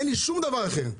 אין לי שום דבר אחר.